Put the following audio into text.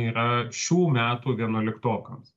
yra šių metų vienuoliktokams